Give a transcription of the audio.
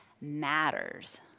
matters